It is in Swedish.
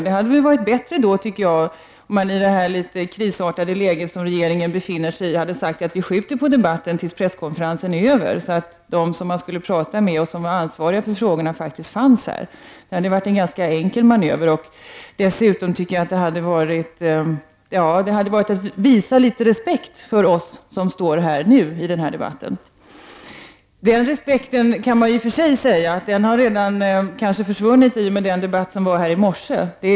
Det hade väl varit bättre om man i det litet krisartade läge som regeringen befinner sig i hade sagt att man skjuter på debatten tills presskonferensen är över, så att det ansvariga statsrådet kunde delta i debatten. Det hade varit en ganska enkel manöver. Dessutom hade det visat att statsrådet har litet respekt för oss som står här nu i denna debatt. Man kan i och för sig säga att den respekten redan har försvunnit i och med den debatt som fördes här i morse.